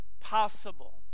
possible